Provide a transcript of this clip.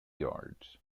yards